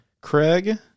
Craig